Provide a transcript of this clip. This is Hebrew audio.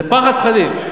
זה פחד-פחדים.